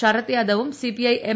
ശരത് യാദവും CPI M